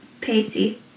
Pacey